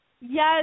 Yes